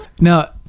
Now